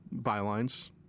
bylines